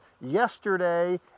Yesterday